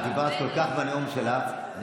את דיברת בנאום שלך,